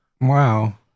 Wow